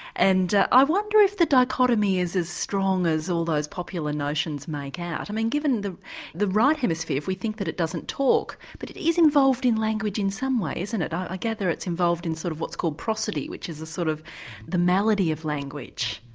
and i wonder if the dichotomy is as strong as all those popular notions make out. i mean given the the right hemisphere, if we think it doesn't talk, but it is involved in language in some way, isn't it? i gather it's involved in sort of what's called prosody, which is a sort of melody of language.